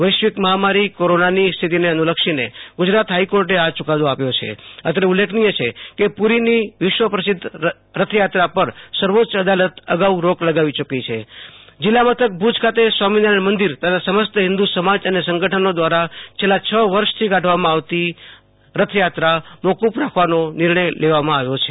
વૈશ્વિક મહામારી કોરોનાની સ્થિતિને અનુલક્ષીને ગુજરાત્ હાઈકોર્ટે આ યૂંકાદો આપ્યો છે અત્રે ઉલ્લેખનિય છે કે પ્ર રીની વિશ્વપ્રસિદ્ધ રથયાત્રા પર સર્વોચ્ય અદાલત અગાઉ રોક લગાવી યૂ કી છે જિલ્લામથક ભુજ ખાતે સ્વામિનારાયણ મંદિર તથા સમસ્ત હિન્દુ સમાજ અને સંગઠનો દ્વારા છેલ્લા છ વર્ષથી કાઢવામાં આવતી રેથયાત્રા મોકૂફ રાખવાનો નિર્ણય લેવામાં આવ્યો છે